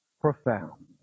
profound